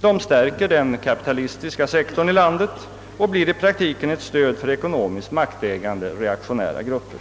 De stärker den kapitalistiska sektorn i landet och blir i praktiken ett stöd för ekonomiskt maktägande, reaktionära grupper.